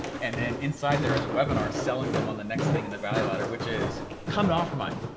and then inside there is webinar, selling them on the next thing in the value ladder, which is come to offermind.